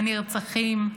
הנרצחים,